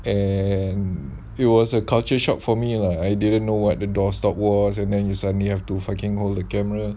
and it was a culture shock for me lah I didn't know what the door stop was and then you suddenly have to fucking hold the camera